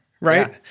right